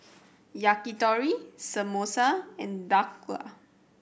Yakitori Samosa and Dhokla